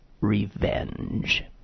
revenge